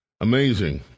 Amazing